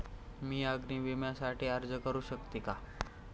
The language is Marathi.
मी अग्नी विम्यासाठी अर्ज करू शकते का?